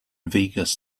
vigus